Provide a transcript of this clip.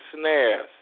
snares